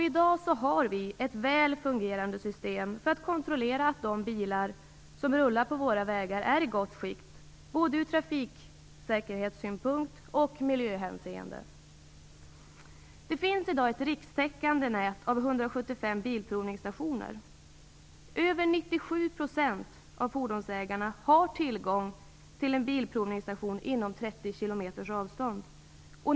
I dag har vi ett väl fungerande system för att kontrollera att de bilar som rullar på våra vägar är i gott skick både ur trafiksäkerhetssynpunkt och i miljöhänseende. Det finns i dag ett rikstäckande nät av 175 bilprovningsstationer. Över 97 % av fordonsägarna har tillgång till en bilprovningsstation inom 30 kilometers avstånd.